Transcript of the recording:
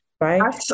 Right